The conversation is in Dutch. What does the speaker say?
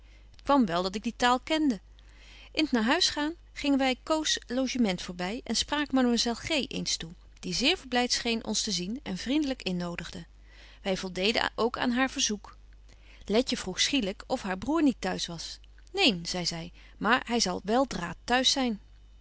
wel dat ik die taal kende in t naar huis gaan gingen wy coos logement voorby en spraken mademoiselle g eens toe die zeer verblyt scheen ons te zien en vriendelyk innodigde wy voldeden ook aan haar verzoek letje vroeg schielyk of haar broêr niet t'huis was neen zei zy maar hy betje wolff en aagje deken historie van mejuffrouw sara burgerhart zal wel dra t'huis zyn